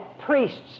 priests